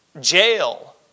jail